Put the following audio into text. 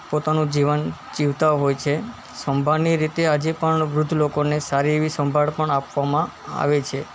પોતાનું જીવન જીવતા હોય છે સંભાળની રીતે આજે પણ વૃદ્ધ લોકોને સારી એવી સંભાળ પણ આપવામાં આવે છે